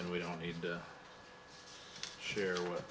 n we don't need to share with